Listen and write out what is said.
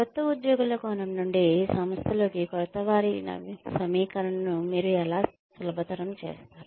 క్రొత్త ఉద్యోగుల కోణం నుండి సంస్థలోకి క్రొత్తవారి సమీకరణను మీరు ఎలా సులభతరం చేస్తారు